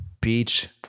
beach